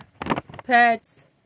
pets